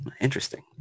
interesting